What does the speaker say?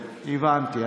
טוב, הבנתי.